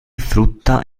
frutta